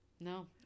no